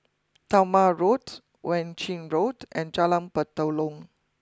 Talma Road Wan Ching Road and Jalan Batalong